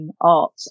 art